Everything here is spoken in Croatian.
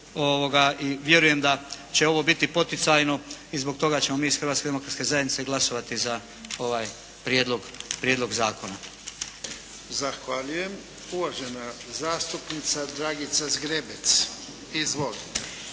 i vjerujem da će ovo biti poticajno i zbog toga ćemo mi iz Hrvatske demokratske zajednice glasovati za ovaj prijedlog zakona. **Jarnjak, Ivan (HDZ)** Zahvaljujem. Uvažena zastupnica Dragica Zgrebec. Izvolite.